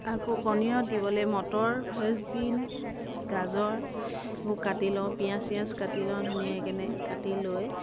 আকৌ পনীৰত দিবলৈ মটৰ ফেচবিন গাজৰ এইবোৰ কাটি লওঁ পিঁয়াজ চিঁয়াজ কাটি লওঁ ধুনীয়াকৈ কাটি লৈ